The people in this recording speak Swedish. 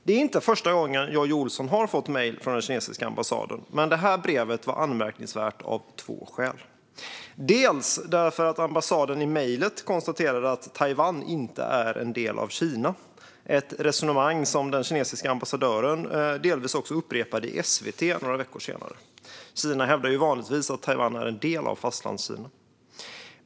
Det var inte första gången Jojje Olsson fick mejl från den kinesiska ambassaden, men det här brevet var anmärkningsvärt av två skäl. Ambassaden konstaterade i mejlet att Taiwan inte är en del av Kina - ett resonemang som den kinesiska ambassadören delvis upprepade i SVT några veckor senare. Kina hävdar vanligtvis att Taiwan är en del av Fastlandskina.